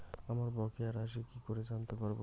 আমার বকেয়া রাশি কি করে জানতে পারবো?